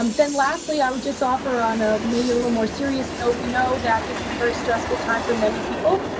um then lastly, i would just offer on a maybe a little more serious note, we know this is a very stressful time for many people.